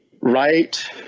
right